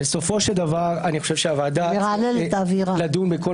בסופו של דבר אני חושב שהוועדה צריכה לדון בכל